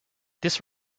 this